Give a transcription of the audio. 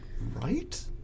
right